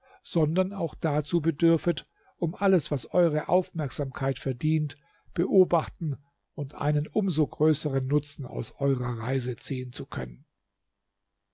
sondern auch dazu bedürfet um alles was eure aufmerksamkeit verdient beobachten und einen um so größeren nutzen aus eurer reise ziehen zu können